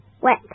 Wet